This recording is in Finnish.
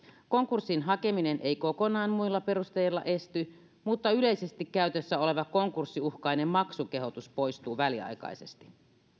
konkurssin hakeminen ei kokonaan muilla perusteilla esty mutta yleisesti käytössä oleva konkurssiuhkainen maksukehotus poistuu väliaikaisesti